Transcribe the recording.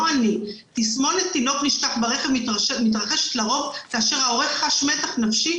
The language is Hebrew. לא אני: "תסמונת תינוק נשכח ברכב מתרחשת לרוב כאשר ההורה חש מתח נפשי,